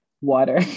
water